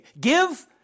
give